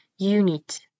Unit